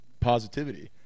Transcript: positivity